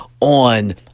on